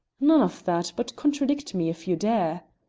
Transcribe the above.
none of that, but contradict me if you dare.